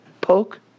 poke